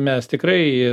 mes tikrai